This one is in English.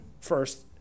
first